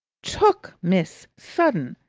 took, miss. sudden,